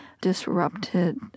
disrupted